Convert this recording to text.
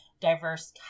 diverse